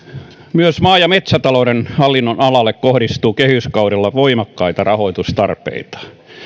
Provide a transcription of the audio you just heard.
myös maa ja metsätalouden hallinnonalalle kohdistuu kehyskaudella voimakkaita rahoitustarpeita